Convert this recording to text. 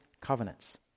covenants